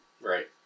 Right